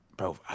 Bro